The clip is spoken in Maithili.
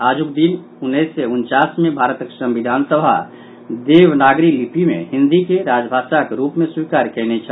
आजुक दिन उन्नैस सय उनचास मे भारतक संविधान सभा देवनागरी लिपि मे हिन्दी के राजभाषाक रूप मे स्वीकार कयने छल